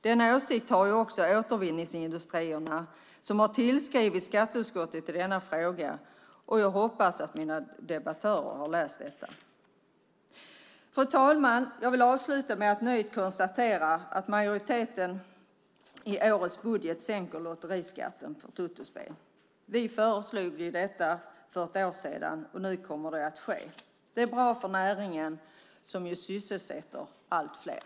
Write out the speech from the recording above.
Den åsikten har också Återvinningsindustrierna som har tillskrivit skatteutskottet i denna fråga. Jag hoppas att mina meddebattörer har läst detta. Fru talman! Jag vill avsluta med att nöjt konstatera att majoriteten i årets budget sänker lotteriskatten på totospel. Vi föreslog detta för ett år sedan, och nu kommer det att ske. Det är bra för näringen som sysselsätter allt fler.